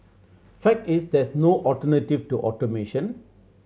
fact is there is no alternative to automation